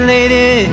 Lady